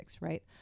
Right